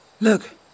Look